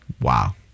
Wow